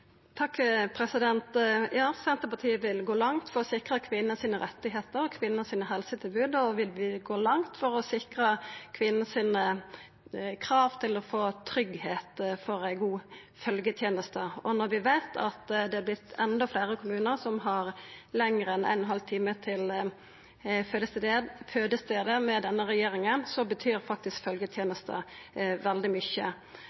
Ja, Senterpartiet vil gå langt for å sikra kvinners rettar og kvinners helsetilbod, og vi vil gå langt for å sikra kvinners krav til å få tryggleik for ei god følgjeteneste. Når vi veit at det med denne regjeringa har vorte enda fleire kommunar som har lenger enn 1,5 time til